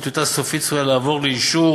וטיוטה סופית צפויה לעבור לאישור